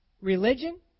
Religion